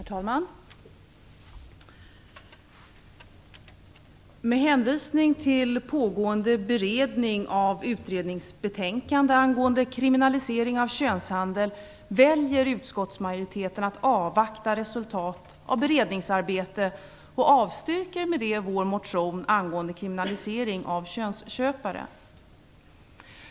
Herr talman! Med hänvisning till pågående beredning av utredningsbetänkande angående kriminalisering av könshandel väljer utskottsmajoriteten att avvakta resultat av beredningsarbetet och avstyrker vår motion om kriminalisering av könsköpare.